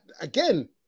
again